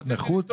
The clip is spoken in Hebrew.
ערבות.